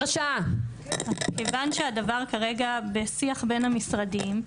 כיוון שהדבר כרגע בשיח בין המשרדים,